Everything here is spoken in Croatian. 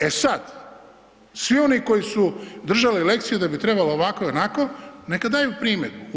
E sad, svi oni koji su držali lekciju da bi trebalo ovako ili onako, neka daju primjedbu.